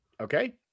okay